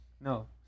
No